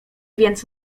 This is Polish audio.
więc